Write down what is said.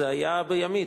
זה היה בימית.